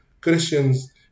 Christians